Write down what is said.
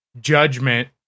judgment